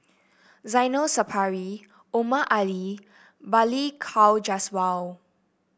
Zainal Sapari Omar Ali Balli Kaur Jaswal